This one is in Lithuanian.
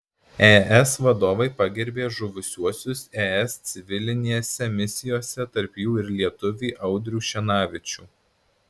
es vadovai pagerbė žuvusiuosius es civilinėse misijose tarp jų ir lietuvį audrių šenavičių